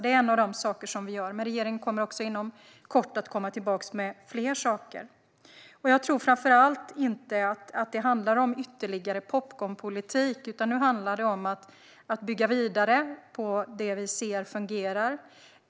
Det här är en av de saker som vi gör, men regeringen kommer också inom kort att komma tillbaka med fler saker. Jag tror framför allt inte att det handlar om ytterligare popcornpolitik, utan nu handlar det om att bygga vidare på det vi ser fungerar.